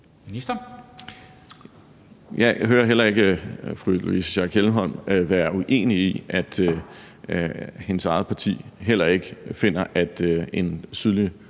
Jeg hører heller ikke fru Louise Schack Elholm være uenig i, at hendes eget parti heller ikke finder, at en sydlig